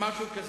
משהו כזה.